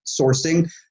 sourcing